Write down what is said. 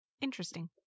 Interesting